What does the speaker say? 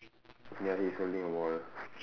ya he's holding a wall